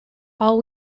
all